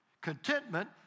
Contentment